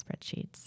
spreadsheets